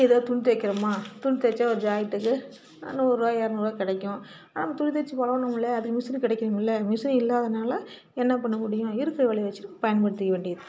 ஏதோ துணி தைக்கிறோமா துணி தைச்சா ஒரு ஜாக்கெட்டுக்கு நூறுபா எரநூறுபா கிடைக்கும் நம்ம துணி தைச்சி பழகணும்ல அது மிஷின்னு கிடைக்கணும்ல மிஷினு இல்லாததனால என்ன பண்ண முடியும் இருக்கிற வேலையை வெச்சிட்டு பயன்படுத்திக்க வேண்டியது தான்